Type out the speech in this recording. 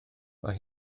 mae